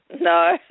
No